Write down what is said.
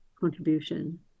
contribution